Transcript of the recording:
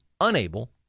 unable